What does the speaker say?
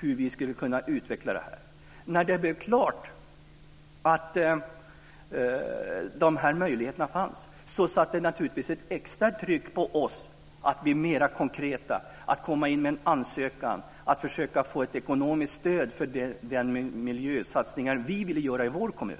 hur vi skulle kunna utveckla detta i vår kommun. När det blev klart att dessa möjligheter fanns satte det naturligtvis ett extra tryck på oss att bli mer konkreta, att komma in med en ansökan, att försöka få ekonomiskt stöd för de miljösatsningar vi ville göra i vår kommun.